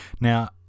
Now